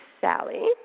Sally